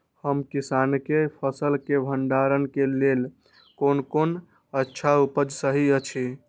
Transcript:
हम किसानके फसल के भंडारण के लेल कोन कोन अच्छा उपाय सहि अछि?